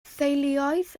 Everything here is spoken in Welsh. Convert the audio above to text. theuluoedd